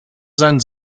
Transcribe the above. seinen